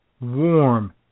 Warm